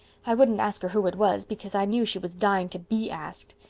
i wouldn't ask her who it was, because i knew she was dying to be asked.